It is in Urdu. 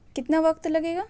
کتنا وقت لگے گا